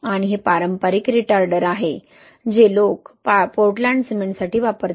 आणि हे पारंपारिक रिटार्डर आहे जे लोक पोर्टलँड सिमेंटसाठी वापरतात